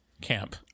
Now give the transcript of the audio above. camp